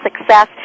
success